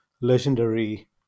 legendary